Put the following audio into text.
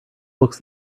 books